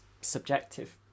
subjective